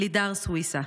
לידר סוויסה.